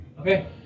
okay